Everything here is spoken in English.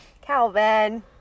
Calvin